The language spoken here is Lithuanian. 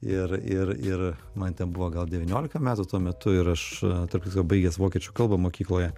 ir ir ir man ten buvo gal devyniolika metų tuo metu ir aš tarp kitko baigęs vokiečių kalbą mokykloje